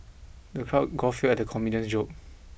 the crowd guffawed at the comedian's joke